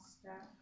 step